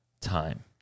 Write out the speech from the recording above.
time